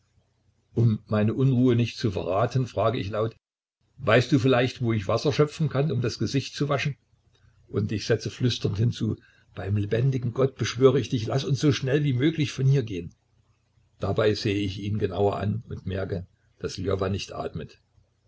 um meine unruhe nicht zu verraten frage ich ihn laut weißt du vielleicht wo ich wasser schöpfen kann um das gesicht zu waschen und ich setze flüsternd hinzu beim lebendigen gott beschwöre ich dich laß uns so schnell wie möglich von hier gehen dabei sehe ich ihn genauer an und merke daß ljowa nicht atmet